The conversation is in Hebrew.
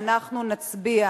ואנחנו נצביע